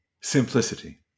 Simplicity